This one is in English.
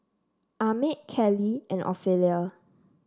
Ahmed Callie and Ophelia